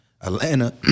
Atlanta